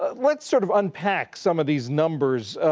ah let's sort of unpack some of these numbers.